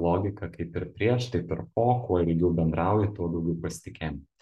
logika kaip ir prieš taip ir po kuo ilgiau bendrauji tuo daugiau pasitikėjimo